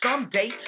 someday